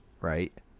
right